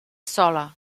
sola